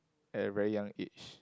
at a very young age